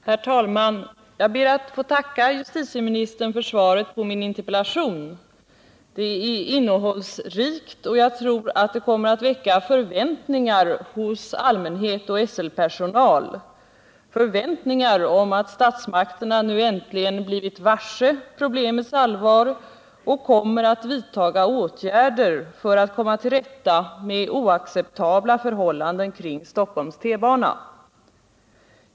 Herr talman! Jag ber att få tacka justitieministern för svaret på min interpellation. Det är innehållsrikt och jag tror att det kommer att väcka förväntningar hos allmänhet och SL-personal — förväntningar om att statsmakterna nu äntligen blivit varse problemets allvar och kommer att vidta åtgärder för att komma till rätta med oacceptabla förhållanden kring Stockholms T-bana.